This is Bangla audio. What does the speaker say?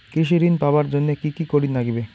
কৃষি ঋণ পাবার জন্যে কি কি করির নাগিবে?